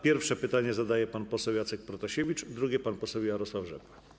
Pierwsze pytanie zadaje pan Jacek Protasiewicz, drugie - pan poseł Jarosław Rzepa.